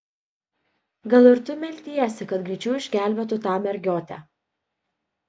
gal ir tu meldiesi kad greičiau išgelbėtų tą mergiotę